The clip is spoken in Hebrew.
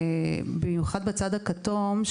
במיוחד בצד הכתום,